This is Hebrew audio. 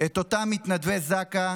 את אותם מתנדבי זק"א,